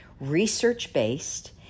research-based